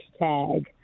hashtag